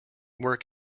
work